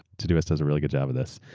to-do list does a really good job of this.